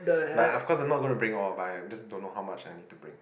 but of course I'm not gonna bring all but I just don't know how much I need to bring